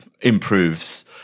improves